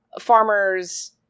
farmers